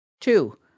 Two